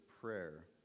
prayer